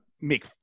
make